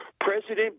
President